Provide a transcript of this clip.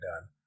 done